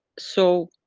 so,